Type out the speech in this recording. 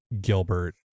Gilbert